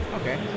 Okay